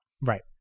right